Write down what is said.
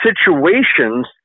situations